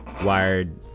wired